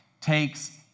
takes